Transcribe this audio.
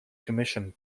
commissioned